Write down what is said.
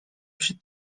przy